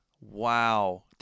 Wow